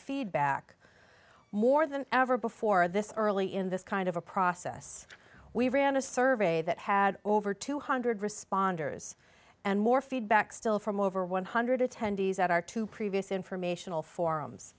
feedback more than ever before this early in this kind of a process we ran a survey that had over two hundred responders and more feedback still from over one hundred attendees at our two previous informational forums